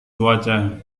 cuaca